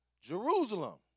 Jerusalem